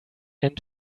end